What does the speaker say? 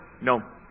no